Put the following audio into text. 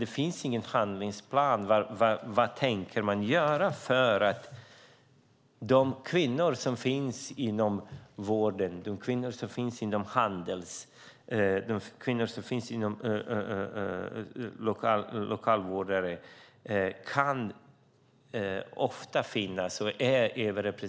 Det finns ingen handlingsplan för vad man tänker göra för de kvinnor som finns inom vården, handeln, lokalvården och ofta är överrepresenterade genom att de inte får sina arbetsskador beviljade.